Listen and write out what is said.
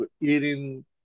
eating